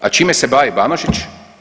A čime se bavi Banožić?